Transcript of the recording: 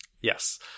Yes